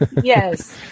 Yes